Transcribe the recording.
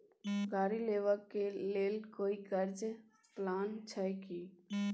गाड़ी लेबा के लेल कोई कर्ज प्लान छै की?